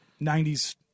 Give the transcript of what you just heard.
90s